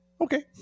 okay